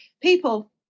People